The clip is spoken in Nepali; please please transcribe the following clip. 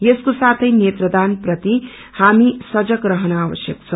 यसको साथै नेत्रदान प्रति हामी सजग रहन आवश्यक छ